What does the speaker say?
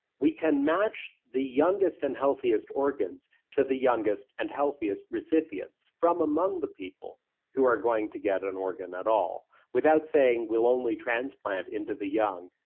we can match the youngest and healthiest organs to the youngest and healthiest recipients, from among the people who are going to get an organ at all. without saying we'll only transplant into the young,